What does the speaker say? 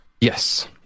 yes